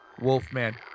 Wolfman